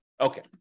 okay